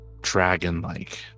dragon-like